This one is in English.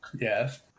Yes